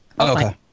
Okay